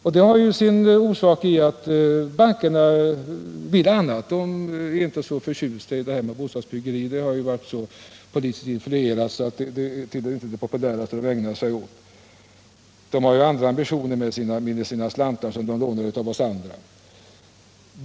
Detta har sin orsak i att bankerna velat annat. De är inte så förtjusta i bostadsbyggandet. Det har varit så politiskt influerat att det inte tillhört de populära saker man velat ägna sig åt. Bankerna har ju andra ambitioner med de slantar som de lånar av oss andra.